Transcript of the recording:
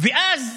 ואז